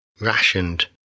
rationed